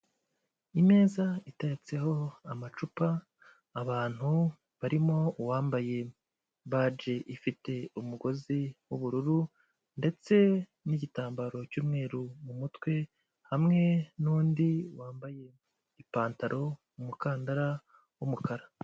Imeza itatseho amacupa, abantu barimo uwambaye baji ifite umugozi w'ubururu ndetse n'igitambaro cy'umweru mu mutwe, hamwe n'undi wambaye ipantaro, umukandara w'umukara.